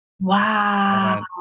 Wow